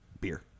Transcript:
beer